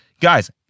Guys